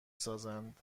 سازند